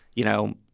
you know,